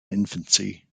infancy